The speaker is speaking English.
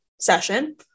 session